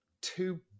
two